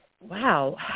wow